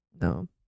No